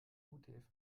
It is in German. utf